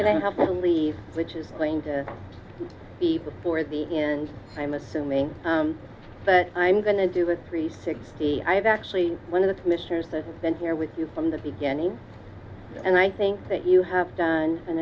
to have to leave which is going to be before the and i'm assuming but i'm going to do a three sixty i have actually one of the commissioners that's been here with you from the beginning and i think that you have done and